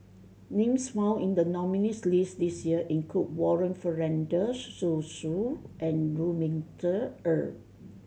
names found in the nominees' list this year include Warren Fernandez Zhu Xu and Lu Ming Teh Earl